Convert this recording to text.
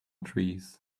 trees